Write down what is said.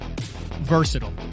versatile